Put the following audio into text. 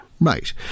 Right